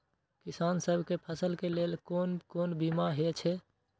किसान सब के फसल के लेल कोन कोन बीमा हे छे?